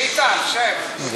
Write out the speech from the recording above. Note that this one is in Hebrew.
ביטן, שב.